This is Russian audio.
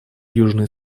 южный